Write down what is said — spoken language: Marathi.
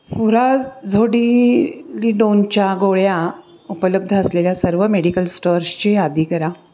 फुरा झोडी गिडोनच्या गोळ्या उपलब्ध असलेल्या सर्व मेडिकल स्टोर्सची यादी करा